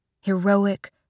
Heroic